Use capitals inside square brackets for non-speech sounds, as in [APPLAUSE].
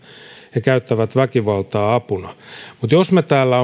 he käyttävät väkivaltaa apuna mutta jos me täällä [UNINTELLIGIBLE]